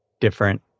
different